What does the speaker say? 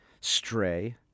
stray